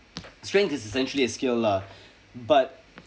strength is essentially a scale lah but